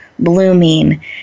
blooming